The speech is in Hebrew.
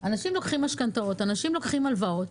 אנשים לוקחים משכנתאות, אנשים לוקחים הלוואות.